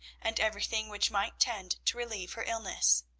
and everything which might tend to relieve her illness.